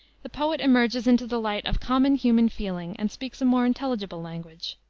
the poet emerges into the light of common human feeling and speaks a more intelligible language.